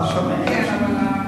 והם מבקשים להוריד,